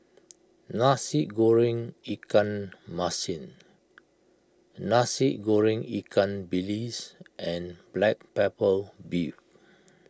Nasi Goreng Ikan Masin Nasi Goreng Ikan Bilis and Black Pepper Beef